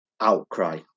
outcry